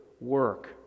work